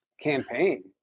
campaign